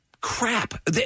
crap